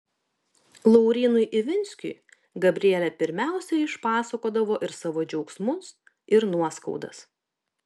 laurynui ivinskiui gabrielė pirmiausia išpasakodavo ir savo džiaugsmus ir nuoskaudas